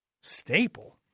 Staple